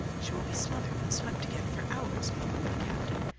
she will be smothered and swept again for hours, mumbled the captain.